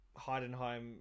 Heidenheim